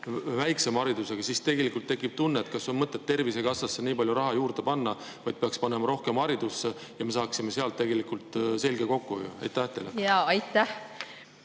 väiksema haridusega [inimesed], siis tegelikult tekib tunne, et kas on mõtet Tervisekassasse nii palju raha juurde panna. Võib-olla peaks panema rohkem haridusse ja me saaksime sealt tegelikult selge kokkuhoiu. Aitäh,